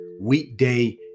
weekday